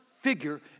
figure